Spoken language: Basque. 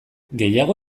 gehiago